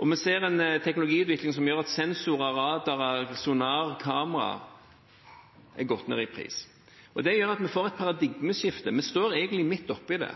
Og vi ser en teknologiutvikling som gjør at sensorer, radarer, sonarer og kameraer har gått ned i pris. Det gjør at vi får et paradigmeskifte. Vi står egentlig midt oppe i det.